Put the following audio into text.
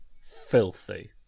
filthy